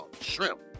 shrimp